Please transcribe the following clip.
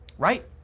right